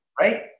right